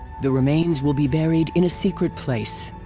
the remains will be buried in a secret place.